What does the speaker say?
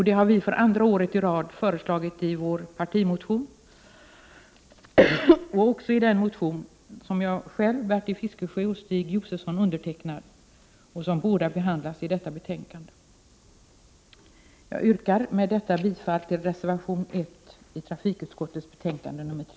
Det har vi för andra året i rad föreslagit i vår partimotion och också i den motion som jag, Bertil Fiskesjö och Stig Josefson undertecknat. Båda dessa motioner behandlas i detta betänkande. Jag yrkar med detta bifall till reservation 1 vid trafikutskottets betänkande 3